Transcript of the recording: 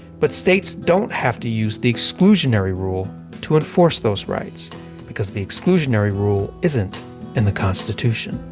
but states don't have to use the exclusionary rule to enforce those rights because the exclusionary rule isn't in the constitution.